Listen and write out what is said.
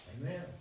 Amen